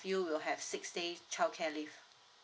you will have six days childcare leave